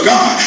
God